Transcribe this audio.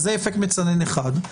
זה אפקט מצנן אחד.